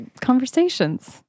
conversations